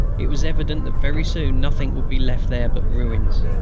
it was evident that very soon nothing would be left there but ruins.